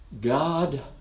God